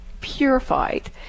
purified